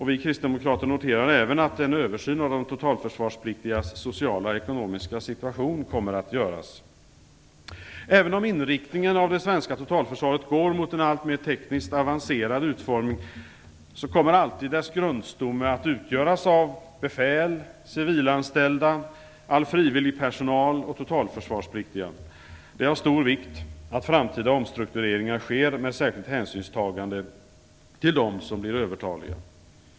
Vi kristdemokrater noterar även att en översyn av de totalförsvarspliktigas sociala och ekonomiska situation kommer att göras. Även om inriktningen av det svenska totalförsvaret går mot en alltmer tekniskt avancerad utformning kommer dess grundstomme alltid att utgöras av befäl, civilanställda, all frivillig personal och totalförsvarspliktiga. Det är av stor vikt att framtida omstruktureringar sker med särskilt hänsynstagande till dem som blir övertaliga.